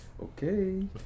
okay